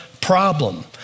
problem